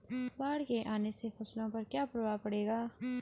बाढ़ के आने से फसलों पर क्या प्रभाव पड़ेगा?